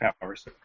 powers